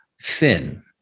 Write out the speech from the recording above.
thin